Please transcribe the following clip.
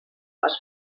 les